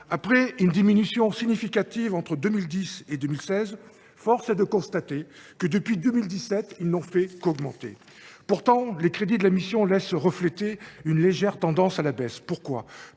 Après une diminution significative entre 2010 et 2016, force est de constater que, depuis 2017, ces concours n’ont fait qu’augmenter ! Pourtant, les crédits de la mission reflètent une légère tendance à la baisse. Pourquoi ?